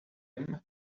him